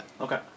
Okay